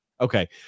okay